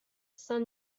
saint